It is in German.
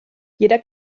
jeder